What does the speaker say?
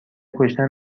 کشتن